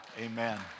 amen